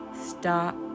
stop